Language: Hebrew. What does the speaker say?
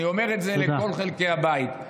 אני אומר את זה לכל חלקי הבית.